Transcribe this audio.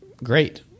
Great